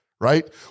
Right